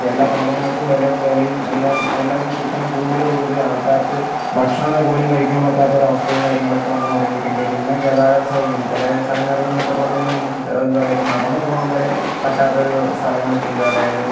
എല്ലാ സാധങ്ങൾക്കും വില വിലയും എല്ലാം എല്ലാം കുത്തനെ കൂടിയത് കൊണ്ട് ആൾക്കാർക്ക് ഭക്ഷണങ്ങൾ പോലും കഴിക്കാൻ പറ്റാത്ത ഒരു അവസ്ഥയും കാര്യങ്ങളും ഒക്കെ വന്ന് തുടങ്ങിട്ടുണ്ട് പിന്നെ ഗതാഗത സൗകര്യം ചില സ്ഥലങ്ങളിൽ എന്നൊക്കെ പറഞ്ഞു കഴിഞ്ഞാൽ നമുക്ക് എന്താ പറയുക ഇപ്പം നടന്ന് പോകാൻ വരെ പറ്റാത്ത ഒരു സ്ഥലങ്ങൾ ഒക്കെ ഉണ്ട് അതായത്